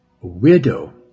widow